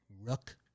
Rook